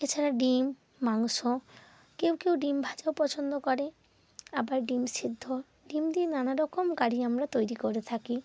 এছাড়া ডিম মাংস কেউ কেউ ডিম ভাজাও পছন্দ করে আবার ডিম সেদ্ধ ডিম দিয়ে নানা রকম কারি আমরা তৈরি করে থাকি